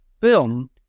film